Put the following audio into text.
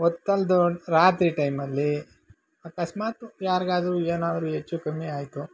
ಹೊತ್ತಲ್ದ ರಾತ್ರಿ ಟೈಮಲ್ಲಿ ಅಕಸ್ಮಾತ್ ಯಾರ್ಗಾದ್ರೂ ಏನಾದ್ರೂ ಹೆಚ್ಚು ಕಮ್ಮಿ ಆಯಿತು